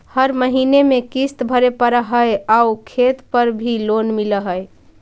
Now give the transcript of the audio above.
हर महीने में किस्त भरेपरहै आउ खेत पर भी लोन मिल है?